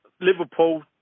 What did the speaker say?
Liverpool